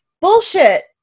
bullshit